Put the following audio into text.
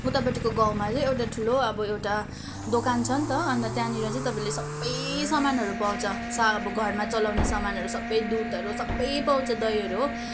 उतापट्टिको गाउँमा चाहिँ एउटा ठुलो अब एउटा दोकान छ नि त अन्त त्यहाँनिर चाहिँ तपाईँले सबै सामानहरू पाउँछ सा अब घरमा चलाउने सामानहरू सबै दुधहरू सबै पाउँछ दहीहरू हो